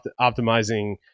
optimizing